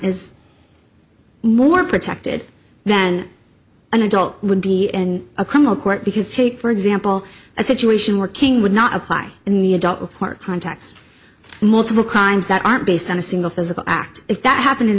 protected then an adult would be in a criminal court because take for example a situation where king would not apply in the adult for contacts multiple crimes that aren't based on a single physical act if that happened in